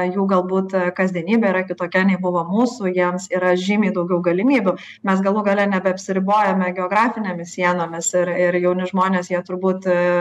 jų galbūt kasdienybė yra kitokia nei buvo mūsų jiems yra žymiai daugiau galimybių mes galų gale neapsiribojame geografinėmis sienomis ir ir jauni žmonės jie turbūt